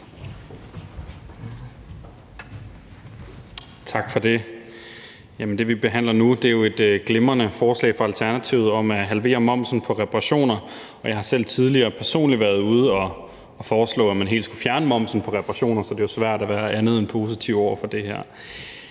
Tal for det. Det, vi behandler nu, er et glimrende forslag fra Alternativet om at halvere momsen på reparationer. Jeg har selv tidligere personligt været ude at foreslå, at man helt skal fjerne momsen på reparationer, så det er svært at være andet end positiv over for det her.